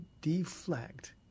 deflect